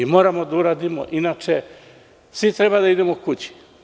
Moramo da uradimo, inače svi treba da idemo kući.